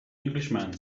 englishman